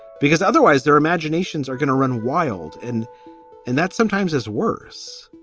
because otherwise their imaginations are gonna run wild. and and that's sometimes is worse.